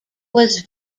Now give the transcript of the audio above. was